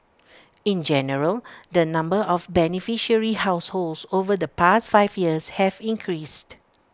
in general the number of beneficiary households over the past five years have increased